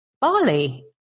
Bali